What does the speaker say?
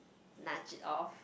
nudge it off